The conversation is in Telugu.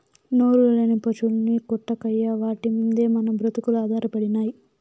నోరులేని పశుల్ని కొట్టకయ్యా వాటి మిందే మన బ్రతుకులు ఆధారపడినై